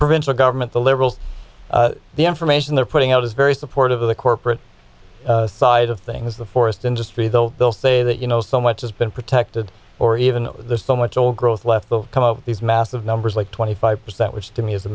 provincial government the liberal the information they're putting out is very supportive of the corporate side of things the forest industry though they'll say that you know so much has been protected or even there's so much old growth left the these massive numbers like twenty five percent which to me is a